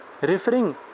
referring